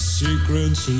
secrets